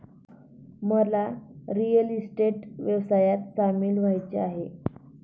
मला real estate व्यवसायात सामील व्हायचे आहे